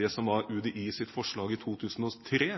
det som var UDIs forslag i 2003,